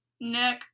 Nick